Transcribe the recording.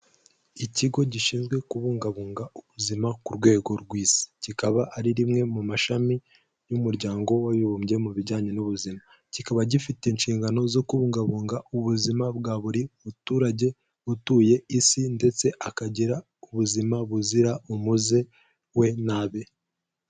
Ikigo gishinzwe kubunga bunga ubuzima ku rwego rw'Isi, kikaba ari rimwe mu mashami y'Umuryango w'Abibumbye, mu bijyanye n'ubuzima, kikaba gifite inshingano zo kubunga bunga ubuzima bwa buri muturage utuye Isi, ndetse akagira ubuzima buzira umuze we n'abe.